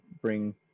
bring